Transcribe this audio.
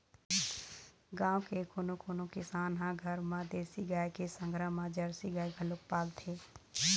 गाँव के कोनो कोनो किसान ह घर म देसी गाय के संघरा म जरसी गाय घलोक पालथे